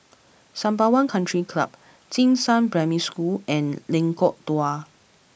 Sembawang Country Club Jing Shan Primary School and Lengkok Dua